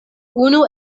unu